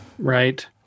Right